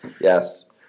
Yes